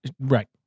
right